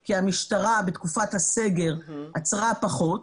כי המשטרה בתקופת הסגר עצרה פחות,